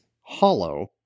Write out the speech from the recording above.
hollow